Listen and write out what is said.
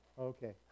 Okay